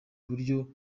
buryo